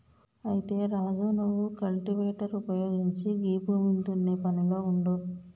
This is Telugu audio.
అయితే రాజు నువ్వు కల్టివేటర్ ఉపయోగించి గీ భూమిని దున్నే పనిలో ఉండు